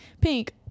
pink